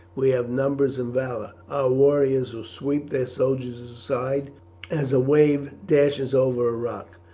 we have numbers and valour. our warriors will sweep their soldiers aside as a wave dashes over a rock.